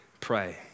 pray